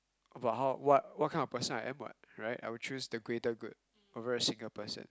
about how what what kind of person I am what right I would choose the greater good over a single person